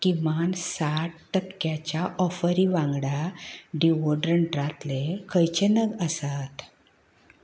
किमान साठ टक्क्यांच्या ऑफरी वांगडा डिओड्रंटां तले खंयचे नग आसात